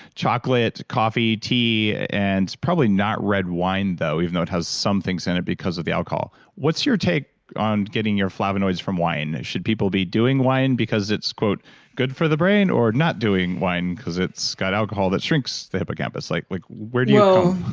chocolate, coffee, tea and probably not red wine, though even though it has some things in it because of the alcohol. what's your take on getting your flavanoids from wine? should people be doing wine because it's good for the brain or not doing wine because it's got alcohol that shrinks the hippocampus? like like where do you come?